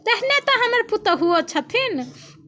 तेहने तऽ हमर पुतहुओ छथिन